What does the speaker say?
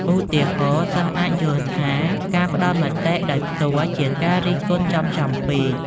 ឧទាហរណ៍ សិស្សអាចយល់ថាការផ្តល់មតិដោយផ្ទាល់ជាការរិះគន់ចំៗពេក។